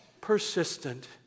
persistent